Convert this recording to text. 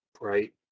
right